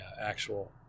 actual